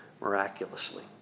miraculously